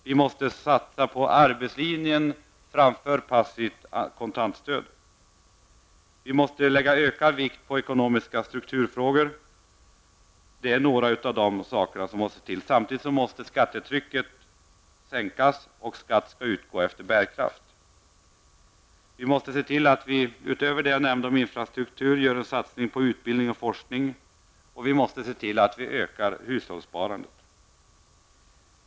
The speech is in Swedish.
Vi måste satsa på arbetslinjen framför passiva kontantstöd. Vi måste lägga ökad vikt vid ekonomiska strukturfrågor. Samtidigt måste skattetrycket sänkas, och skatt skall utgå efter bärkraft. Utöver det som jag har nämnt om infrastruktur måste vi satsa på utbildning och forskning. Och vi måste se till att öka hushållssparandet.